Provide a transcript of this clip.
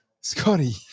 scotty